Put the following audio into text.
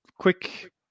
quick